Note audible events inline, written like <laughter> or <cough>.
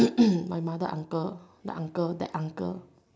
<noise> my mother uncle the uncle that uncle